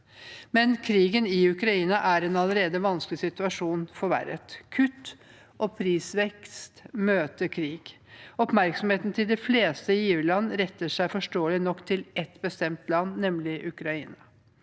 Med krigen i Ukraina er en allerede vanskelig situasjon forverret. Kutt og prisvekst møter krig. Oppmerksomheten til de fleste giverland retter seg – forståelig nok — mot et bestemt land, nemlig Ukraina.